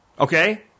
Okay